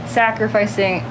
sacrificing